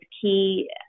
key